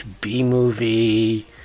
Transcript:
B-movie